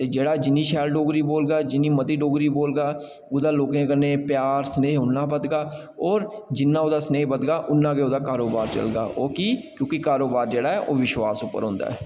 ते जेह्ड़ा जिन्नी शैल डोगरी